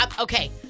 Okay